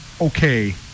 okay